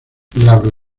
glabro